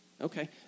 Okay